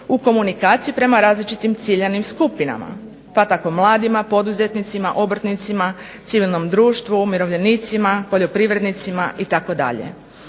u komunikaciji prema različitim ciljanim skupinama, pa tako mladima, poduzetnicima, obrtnicima, civilnom društvu, umirovljenicima, poljoprivrednicima itd.